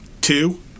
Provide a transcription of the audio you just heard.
two